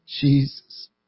Jesus